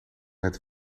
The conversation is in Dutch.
het